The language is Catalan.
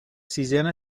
sisena